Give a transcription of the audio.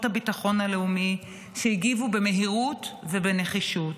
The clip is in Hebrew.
הביטחון הלאומי שהגיבו במהירות ובנחישות.